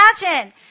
imagine